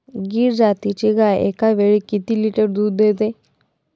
गीर जातीची गाय एकावेळी किती लिटर दूध देते?